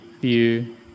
view